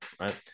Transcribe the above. right